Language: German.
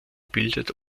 bildet